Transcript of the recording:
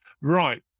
right